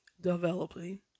developing